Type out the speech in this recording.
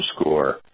score